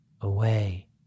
Away